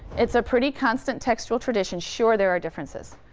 it's a pretty constant textual tradition. sure there are differences,